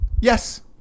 Yes